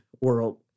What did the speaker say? world